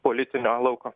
politinio lauko